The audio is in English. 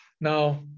Now